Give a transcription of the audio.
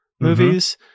movies